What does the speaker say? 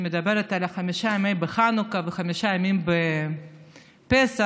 חמישה ימים בחנוכה וחמישה ימים בפסח,